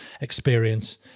experience